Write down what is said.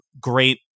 great